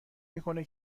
میکنه